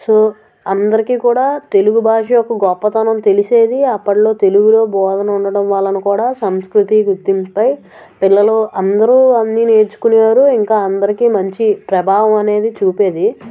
so అందరికీ కూడా తెలుగు భాష యొక్క గొప్పతనం తెలిసేది అప్పట్లో తెలుగులో బోధన ఉండటం వలన కూడా సంస్కృతి గుర్తింపుపై పిల్లలు అందరూ అన్నీ నేర్చుకునే వారు ఇంకా అందరికీ మంచి ప్రభావం అనేది చూపేది